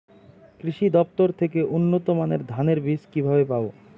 কৃষি দফতর থেকে উন্নত মানের ধানের বীজ কিভাবে পাব?